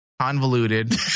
Convoluted